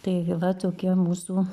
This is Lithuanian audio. taigi va tokie mūsų